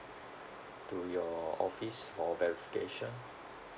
to your office for verification